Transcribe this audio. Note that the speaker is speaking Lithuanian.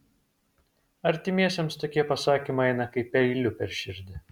artimiesiems tokie pasakymai eina kaip peiliu per širdį